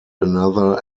another